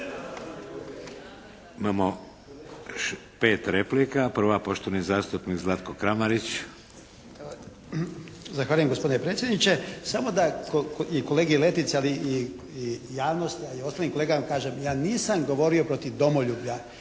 Imamo pet replika. Prva, poštovani zastupnik Zlatko Kramarić. **Kramarić, Zlatko (HSLS)** Zahvaljujem gospodine predsjedniče. Samo da kolegi Letica ali i javnosti a i ostalim kolegama kažem, ja nisam govorio protiv domoljublja